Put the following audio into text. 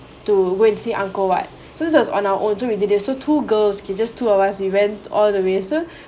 to go and see angkor wat so this was on our own so we did this two girls okay just two of us we went all the way so